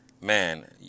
man